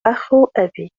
أبي